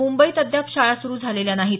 मुंबईत अद्याप शाळा सुरू झालेल्या नाहीत